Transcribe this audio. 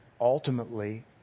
ultimately